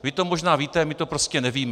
Vy to možná víte, my to prostě nevíme.